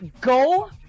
go